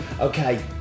Okay